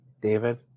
David